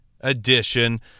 edition